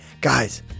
guys